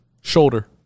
Shoulder